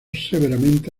severamente